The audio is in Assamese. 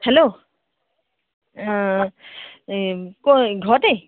হেল্ল' ক'ত ঘৰতে